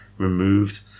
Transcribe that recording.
Removed